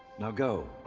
now go.